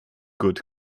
good